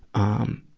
um,